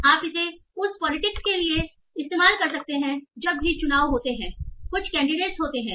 आप इसे उस पॉलिटिक्स के लिए कर सकते हैं जब भी चुनाव होते हैं कुछ कैंडीडेट्स होते हैं